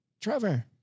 Trevor